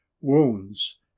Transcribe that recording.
Wounds